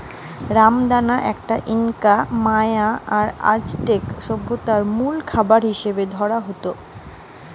রামদানা গটে Inca, Maya আর অ্যাজটেক সভ্যতারে মুল খাবার হিসাবে ধরা হইত